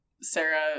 Sarah